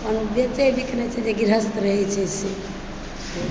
बेचे बिकन्तै जे गृहस्थ रहै छै से